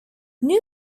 new